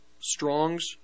Strong's